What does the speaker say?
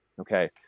Okay